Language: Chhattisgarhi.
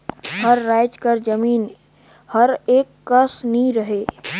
सब राएज कर जमीन हर एके कस नी रहें